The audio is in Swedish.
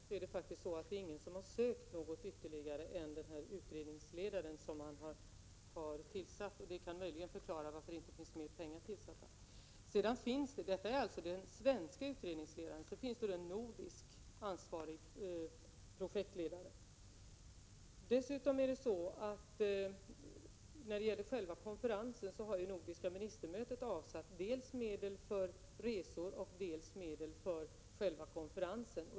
Fru talman! När det gäller projektledaranslaget vill jag säga att det faktiskt inte är någon utöver den utredningsledare som man har tillsatt som har ansökt om några pengar. Det kan möjligen förklara varför det inte finns mer pengar anslagna. Jag talar nu om den svenska utredningsledaren. Sedan finns det en nordisk, ansvarig projektledare. När det gäller själva konferensen har nordiska ministermötet avsatt dels medel för resor, dels medel för själva konferensen.